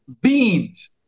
beans